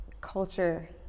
culture